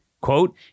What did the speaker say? quote